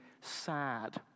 sad